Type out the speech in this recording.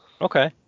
Okay